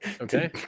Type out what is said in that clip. Okay